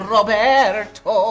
Roberto